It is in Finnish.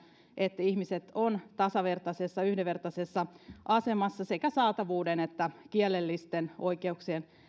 että ihmiset ovat tasavertaisessa yhdenvertaisessa asemassa sekä saatavuuden että kielellisten oikeuksien